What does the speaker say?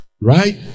Right